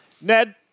Ned